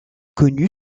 connu